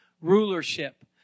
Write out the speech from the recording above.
rulership